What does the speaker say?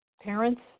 parents